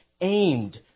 aimed